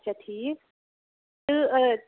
اچھا ٹھیٖک تہٕ